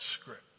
script